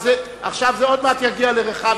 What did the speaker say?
עכשיו זה עוד מעט יגיע לרחביה.